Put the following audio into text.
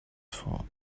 vor